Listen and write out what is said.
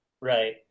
Right